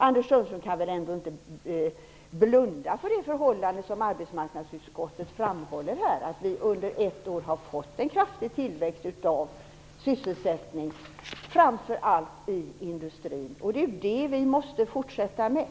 Anders Sundström kan väl ändå inte blunda för det som arbetsmarknadsutskottet framhåller här. Under ett år har vi fått en kraftig tillväxt när det gäller sysselsättningen, framför allt i industrin. Det är detta vi måste fortsätta med.